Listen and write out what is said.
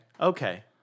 Okay